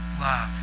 love